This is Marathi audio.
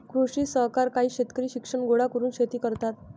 कृषी सहकार काही शेतकरी शिक्षण गोळा करून शेती करतात